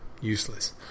useless